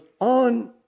on